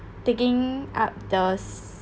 taking up those